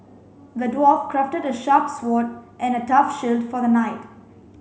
the dwarf crafted the sharp sword and a tough shield for the knight